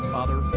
Father